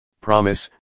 promise